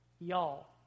y'all